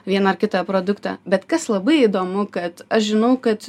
vieną ar kitą produktą bet kas labai įdomu kad aš žinau kad